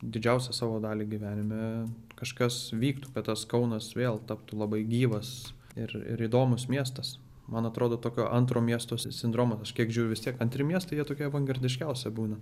didžiausią savo dalį gyvenime kažkas vyktų kad tas kaunas vėl taptų labai gyvas ir ir įdomūs miestas man atrodo tokio antro miesto si sindromą aš kiek žiūriu vis tiek antri miestai tokie avangardiškiausi būna